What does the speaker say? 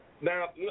Now